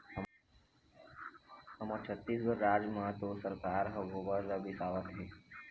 हमर छत्तीसगढ़ राज म तो सरकार ह गोबर ल बिसावत हे